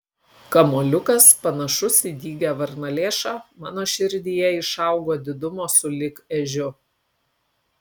kamuoliukas panašus į dygią varnalėšą mano širdyje išaugo didumo sulig ežiu